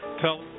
tell